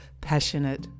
passionate